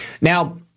Now